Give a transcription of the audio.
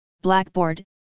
Blackboard